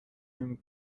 نمی